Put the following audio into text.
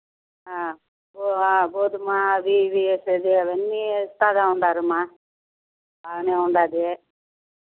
go గోధుమ అవి ఇవి వేసేది అవన్నీ ఇస్తు ఉన్నారు అమ్మ బాగా ఉంది